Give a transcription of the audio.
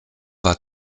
war